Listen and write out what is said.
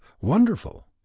wonderful